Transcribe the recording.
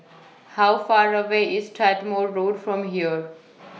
How Far away IS Strathmore Road from here